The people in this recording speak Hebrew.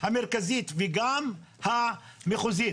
המרכזית וגם המחוזית.